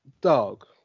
dog